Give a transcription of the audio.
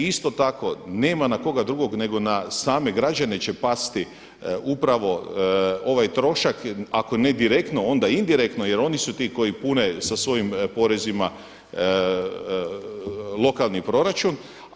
Isto tako nema na koga drugog nego na same građane će pasti upravo ovaj trošak, ako ne direktno onda indirektno jer oni su ti koji pune sa svojim porezima lokalni proračun.